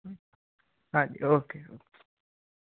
ਹਾਂਜੀ okay okay